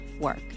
work